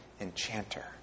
enchanter